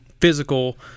physical